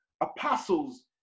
apostles